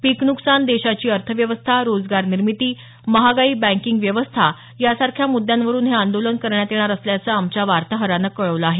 पीक नुकसान देशाची अर्थव्यवस्था रोजगार निर्मिती महागाई बँकिंग व्यवस्था यासारख्या मुद्यांवरुन हे आंदोलन करण्यात येणार असल्याचं आमच्या वार्ताहरानं कळवलं आहे